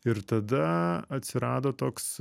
ir tada atsirado toks